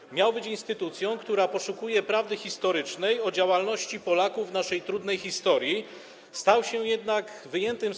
IPN miał być instytucją, która poszukuje prawdy historycznej o działalności Polaków w naszej trudnej historii, stał się jednak wyjętym z